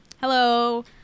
Hello